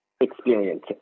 experience